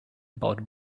about